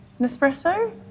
Nespresso